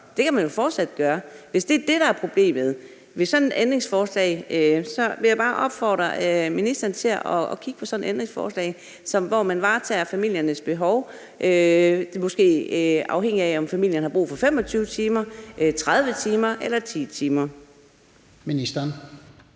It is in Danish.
Det kan man fortsat gøre. Hvis det er det, der er problemet, vil jeg bare opfordre ministeren til at kigge på sådan et ændringsforslag, hvor man varetager familiernes behov. Det er måske afhængigt af, om familierne har brug for 25 timer, 30 timer eller 10 timer. Kl.